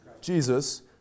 Jesus